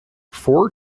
four